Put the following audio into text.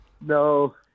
No